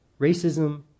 racism